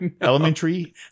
Elementary